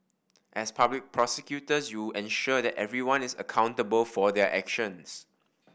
as public prosecutors you ensure that everyone is accountable for their actions